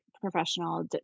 professional